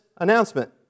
announcement